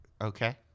okay